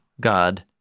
God